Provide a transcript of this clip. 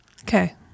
Okay